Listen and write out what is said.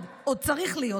1. עוד צריך להיות.